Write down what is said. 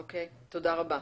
אוקיי, תודה רבה.